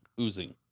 oozing